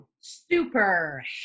Super